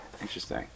Interesting